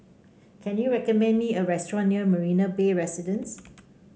can you recommend me a restaurant near Marina Bay Residences